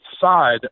side